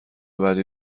بعدی